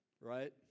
right